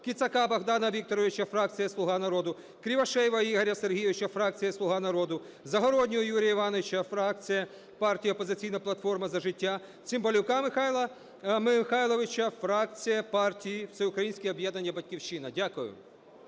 Кицака Богдана Вікторовича (фракція "Слуга народу"), Кривошеєва Ігоря Сергійовича (фракція "Слуга народу"), Загороднього Юрія Івановича (фракція партії "Опозиційна платформа - За життя"), Цимбалюка Михайла Михайловича (фракція партії "Всеукраїнське об'єднання "Батьківщина"). Дякую.